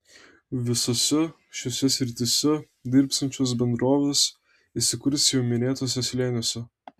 visose šiose srityse dirbsiančios bendrovės įsikurs jau minėtuose slėniuose